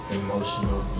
emotional